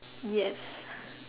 yes